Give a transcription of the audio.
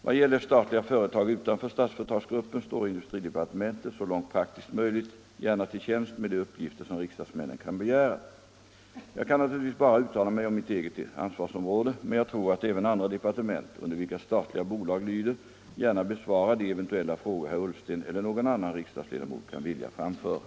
Vad gäller statliga företag utanför Statsföretagsgrup pen står industridepartementet så långt det är praktiskt möjligt gärna | till tjänst med de uppgifter som riksdagsmännen kan begära. Jag kan naturligtvis bara uttala mig om mitt eget ansvarsområde, men jag tror att även andra departement, under vilka statliga bolag lyder, gärna besvarar de eventuella frågor herr Ullsten eller någon annan riksdagsledamot kan vilja framföra.